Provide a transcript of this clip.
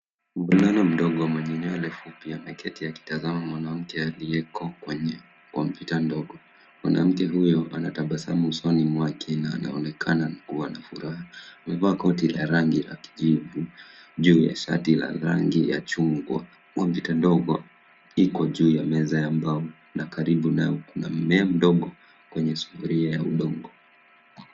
Mvulana mdogo mwenye nywele fupi ameketi akitazama mwanamke aliyeko kwenye kompyuta ndogo. Mwanamke huyo ana tabasamu usoni mwake na anaonekana kuwa na furaha. Amevaa koti la rangi la kijivu juu ya shati la rangi ya chungwa. Kompyuta ndogo iko juu ya meza ya mbao na karibu nayo kuna mmea mdogo kwenye sufuria ya udongo.